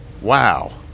wow